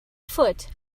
foot